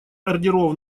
ордеров